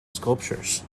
sculptures